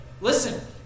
Listen